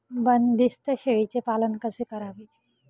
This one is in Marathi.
बंदिस्त शेळीचे पालन कसे करावे?